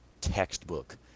textbook